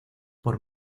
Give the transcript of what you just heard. por